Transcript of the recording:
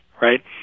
right